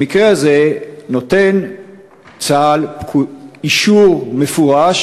במקרה הזה נותן צה"ל אישור מפורש